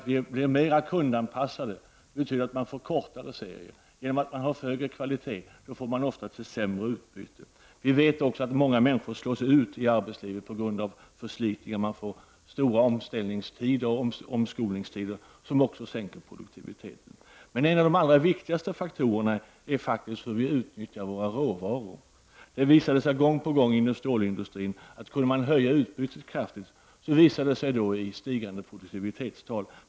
Vi blir mer kundanpassade, vilket betyder kortare serier, och genom att man har högre kvalitet får man ofta ett sämre utbyte. Vi vet också att många människor slås ut i arbetslivet på grund av förslitningar. Man får långa omställningstider och omskolningstider, vilket också sänker produktiviteten. Men en av de allra viktigaste faktorerna är faktiskt hur vi utnyttjar våra råvaror. Det visade sig gång på gång inom stålindustrin att kunde man höja utbudet kraftigt, ledde det till stigande produktivitetstal.